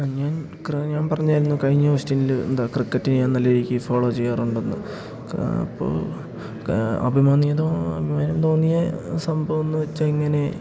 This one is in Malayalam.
ആ ഞാൻ ഞാൻ പറഞ്ഞിരുന്നു കഴിഞ്ഞ ക്വസ്റ്റ്യനിൽ എന്താ ക്രിക്കറ്റ് ഞാൻ നല്ല രീതിക്ക് ഫോളോ ചെയ്യാറുണ്ടെന്ന് അപ്പോൾ അഭിമാനേതോ അഭിമാനം തോന്നിയ സംഭവമെന്ന് വെച്ചാൽ ഇങ്ങനെ